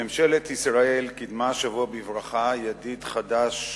ממשלת ישראל קידמה השבוע בברכה ידיד חדש,